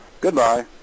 Goodbye